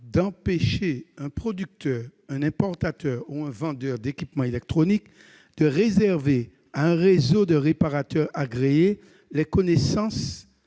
d'empêcher un producteur, un importateur ou un vendeur d'équipements électroniques de réserver à un réseau de réparateurs agréés la fourniture